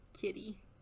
kitty